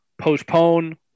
postpone